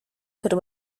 could